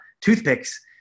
toothpicks